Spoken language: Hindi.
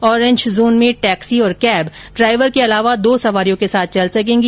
ओरेंज जोन में टैक्सी और कैब ड्राइवर के अलावा दो सवारियों के साथ चल सकेंगी